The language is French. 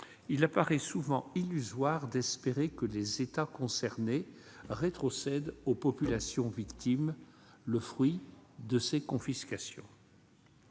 il paraît souvent illusoire d'espérer que les États concernés rétrocèdent aux populations victimes le fruit de ces confiscations.